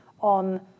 on